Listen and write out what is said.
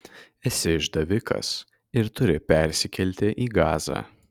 esi išdavikas ir turi persikelti į gazą